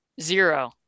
Zero